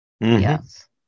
Yes